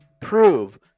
prove